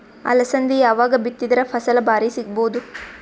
ಅಲಸಂದಿ ಯಾವಾಗ ಬಿತ್ತಿದರ ಫಸಲ ಭಾರಿ ಸಿಗಭೂದು?